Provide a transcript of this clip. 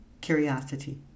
curiosity